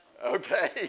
Okay